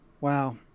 Wow